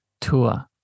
Tour